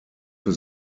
für